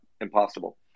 impossible